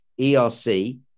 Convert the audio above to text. ERC